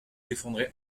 défendrai